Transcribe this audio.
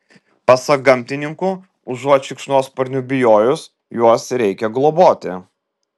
pasak gamtininkų užuot šikšnosparnių bijojus juos reikia globoti